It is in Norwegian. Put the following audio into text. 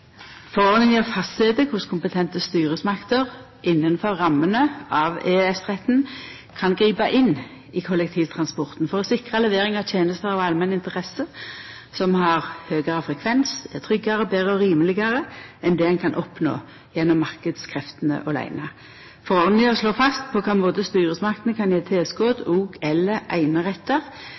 Forordninga fastset korleis kompetente styresmakter, innanfor rammene av EØS-retten, kan gripa inn i kollektivtransporten for å sikra levering av tenester av allmenn interesse, som har høgre frekvens, er tryggare, betre og rimelegare, enn det ein kan oppnå gjennom marknadskreftene åleine. Forordninga slår fast på kva måte styresmaktene kan gje tilskot